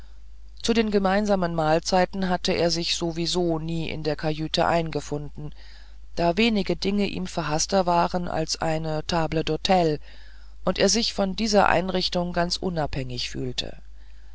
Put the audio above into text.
zu den gemeinsamen mahlzeiten hatte er sich sowieso nie in der kajüte eingefunden da wenige dinge ihm verhaßter waren als eine table d'hte und er sich von dieser einrichtung ganz unabhängig fühlte